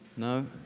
no.